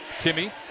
Timmy